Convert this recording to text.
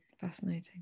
Fascinating